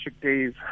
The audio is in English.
Day's